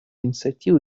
инициативу